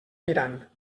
mirant